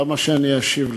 למה שאני אשיב לך?